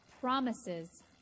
promises